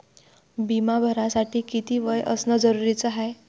बिमा भरासाठी किती वय असनं जरुरीच हाय?